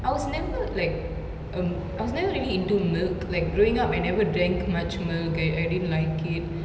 I was never like um I was never really into milk like growing up I never drank much milk and I didn't like it